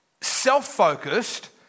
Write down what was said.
self-focused